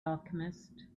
alchemist